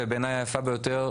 ובעיניי היפה ביותר,